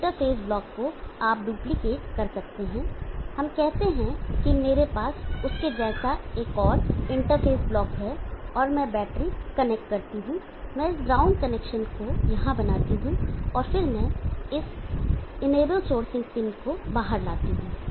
अब इस interface block को आप डुप्लिकेट कर सकते हैं हम कहते हैं कि मेरे पास उसके जैसा एक और इंटरफ़ेस ब्लॉक है और मैं बैटरी कनेक्ट करता हूं मैं इस ग्राउंड कनेक्शन को यहां बनाता हूं और फिर मैं इस इनेबल सोर्सिंग पिन को बाहर लाता हूं